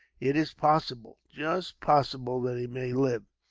it is possible, just possible that he may live,